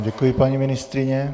Děkuji vám, paní ministryně.